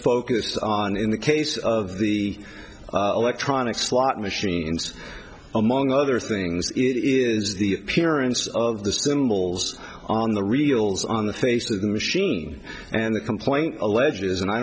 focus on in the case of the electronic slot machines among other things is the period of the symbols on the reals on the face of the machine and the complaint alleges and i